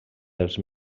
dels